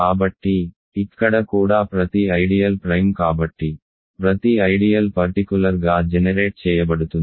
కాబట్టి ఇక్కడ కూడా ప్రతి ఐడియల్ ప్రైమ్ కాబట్టి ప్రతి ఐడియల్ పర్టికులర్ గా జెనెరేట్ చేయబడుతుంది